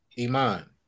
Iman